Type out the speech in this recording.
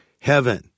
Heaven